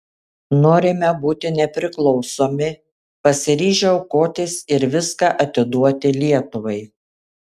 norime būti nepriklausomi pasiryžę aukotis ir viską atiduoti lietuvai